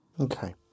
Okay